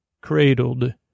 cradled